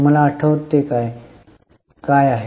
तुम्हाला आठवते हे काय आहे